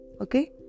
Okay